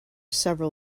several